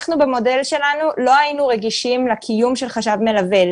במודל שלנו אנחנו לא היינו רגישים לקיום של חשב מלווה.